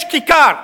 יש כיכר,